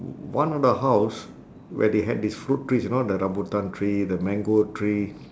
one of the house where they had these fruit trees you know the rambutan tree the mango tree